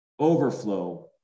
overflow